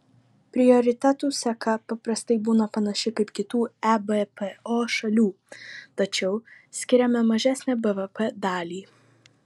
prioritetų seka paprastai būna panaši kaip kitų ebpo šalių tačiau skiriame mažesnę bvp dalį